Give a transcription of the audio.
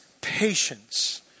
patience